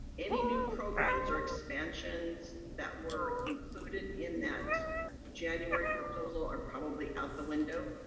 any new programs or expansions that were included in that january proposal are probably out the window.